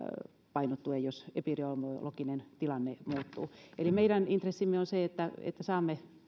painottuen jos epidemiologinen tilanne muuttuu meidän intressimme on se että saamme